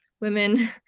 women